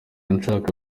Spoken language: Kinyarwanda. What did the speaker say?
nshaka